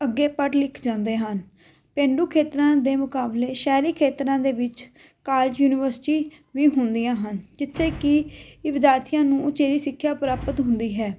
ਅੱਗੇ ਪੜ੍ਹ ਲਿਖ ਜਾਂਦੇ ਹਨ ਪੇਂਡੂ ਖੇਤਰਾਂ ਦੇ ਮੁਕਾਬਲੇ ਸ਼ਹਿਰੀ ਖੇਤਰਾਂ ਦੇ ਵਿੱਚ ਕਾਲਜ ਯੂਨੀਵਰਸਿਟੀ ਵੀ ਹੁੰਦੀਆਂ ਹਨ ਜਿੱਥੇ ਕਿ ਵਿਦਿਆਰਥੀਆਂ ਨੂੰ ਉਚੇਰੀ ਸਿੱਖਿਆ ਪ੍ਰਾਪਤ ਹੁੰਦੀ ਹੈ